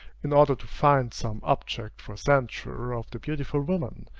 in order to find some object for censure of the beautiful woman,